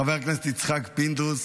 חבר הכנסת יצחק פינדרוס,